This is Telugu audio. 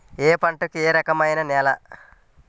ఏ పంటకు ఏ రకమైన నేల?